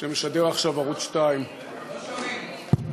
שמשדר עכשיו ערוץ 2. לא שומעים.